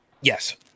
yes